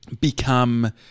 become